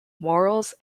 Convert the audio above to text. morals